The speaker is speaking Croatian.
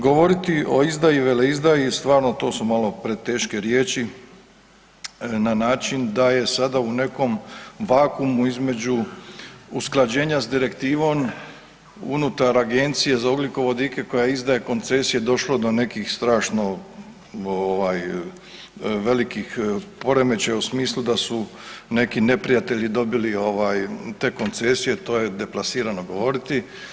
Govoriti o izdaji i veleizdaji stvarno to su malo preteške riječi na način da je sada u nekom vakuumu između usklađenja s direktivom unutar Agencije za ugljikovodike koja izdaje koncesije došlo do nekih strašno velikih poremećaja u smislu da su neki neprijatelji dobili te koncesije, to je deplasirano govoriti.